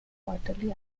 quarterly